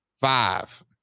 five